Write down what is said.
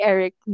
Eric